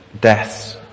deaths